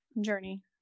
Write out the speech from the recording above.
journey